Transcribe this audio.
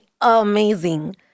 amazing